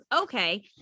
okay